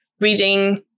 reading